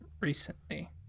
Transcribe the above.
recently